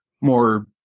more